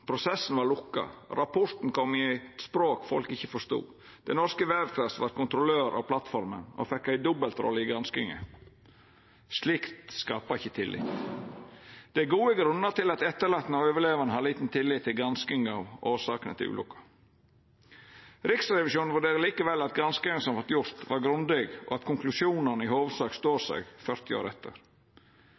språk folk ikkje forstod. Det Norske Veritas var kontrollør av plattforma og fekk ei dobbeltrolle i granskinga. Slikt skaper ikkje tillit. Det er gode grunnar til at dei etterlatne og overlevande har liten tillit til granskinga av årsakene til ulukka. Riksrevisjonen vurderer likevel at granskinga som vart gjord, var grundig, og at konklusjonane i hovudsak står seg, 40 år etter.